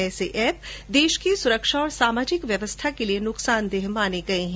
ऐसे एप देश की सुरक्षा और सामाजिक व्यवस्था के लिए नुकसानदेह समझे गये हैं